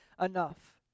enough